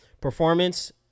performance